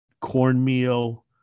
cornmeal